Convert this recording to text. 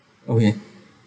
okay